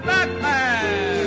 Batman